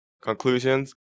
Conclusions